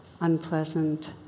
unpleasant